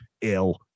ill